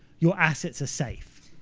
your assets are safe.